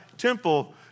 temple